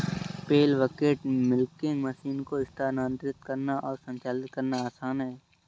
पेल bucket milking machine को स्थानांतरित करना और संचालित करना आसान है